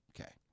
Okay